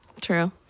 True